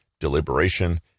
deliberation